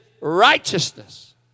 righteousness